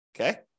Okay